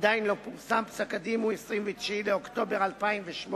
פסק-דין מ-29 באוקטובר 2008,